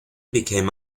became